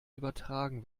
übertragen